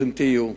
ברוכים תהיו.